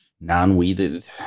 non-weeded